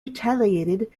retaliated